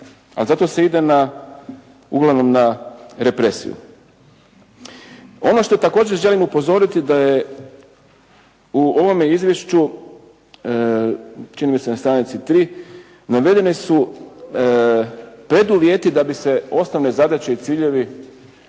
a za to se ide uglavnom na represiju. Ono što također želim upozoriti da je u ovome izvješću čini mi se na str. 3 navedeni su preduvjeti da bi se osnovne zadaće i ciljevi